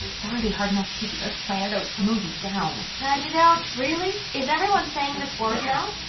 it's already hard enough keeping this plantidote smoothie down plantidote. really? is everyone saying this word, now?